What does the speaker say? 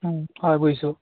হয় বুজিছোঁ